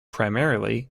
primarily